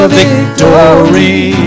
victory